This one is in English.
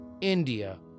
India